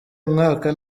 umwaka